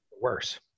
worse